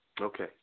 Okay